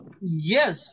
yes